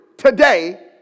Today